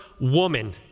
woman